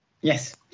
Yes